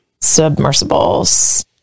submersibles